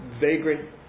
vagrant